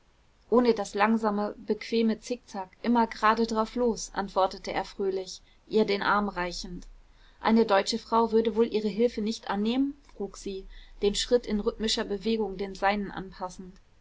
ohne das langsame bequeme zickzack immer gerade drauf los antwortete er fröhlich ihr den arm reichend eine deutsche frau würde wohl ihre hilfe nicht annehmen frug sie den schritt in rhythmischer bewegung dem seinen anpassend